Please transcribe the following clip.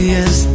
Yes